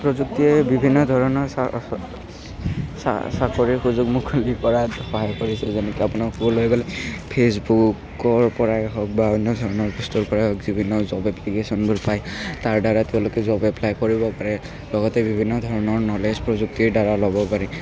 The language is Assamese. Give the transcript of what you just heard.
প্ৰযুক্তিয়ে বিভিন্ন ধৰণৰ চাকৰিৰ সুযোগ মুকলি কৰাত সহায় কৰিছে যেনেকৈ আপোনাৰ ক'বলৈ গ'লে ফেচবুকৰ পৰাই হওঁক বা অন্য ধৰণৰ বস্তুৰ পৰাই হওঁক বিভিন্ন ধৰণৰ জব এপ্লিকেশ্বনবোৰ পায় তাৰদ্বাৰা তেওঁলোকে জব এপ্লাই কৰিব পাৰে লগতে বিভিন্ন ধৰণৰ নলেজ প্ৰযুক্তিৰ দ্বাৰা ল'ব পাৰি